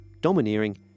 domineering